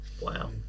Wow